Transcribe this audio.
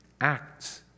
acts